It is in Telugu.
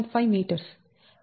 5m